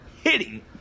hitting